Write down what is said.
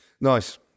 Nice